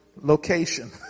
location